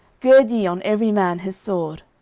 gird ye on every man his sword.